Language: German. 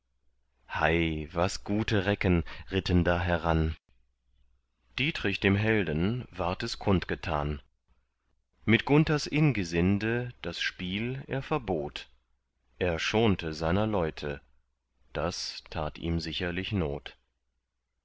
hei was gute recken ritten da heran dietrich dem helden ward es kund getan mit gunthers ingesinde das spiel er verbot er schonte seiner leute das tat ihm sicherlich not